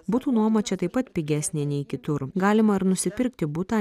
butų nuoma čia taip pat pigesnė nei kitur galima ir nusipirkti butą